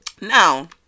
now